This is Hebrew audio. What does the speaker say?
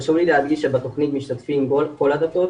חשוב לי להדגיש שבתוכנית משתתפים מכל הדתות,